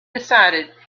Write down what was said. decided